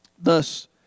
Thus